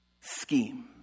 scheme